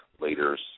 leaders